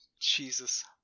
Jesus